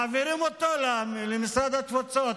למשרד התפוצות.